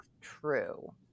true